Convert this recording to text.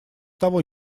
того